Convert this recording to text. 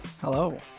Hello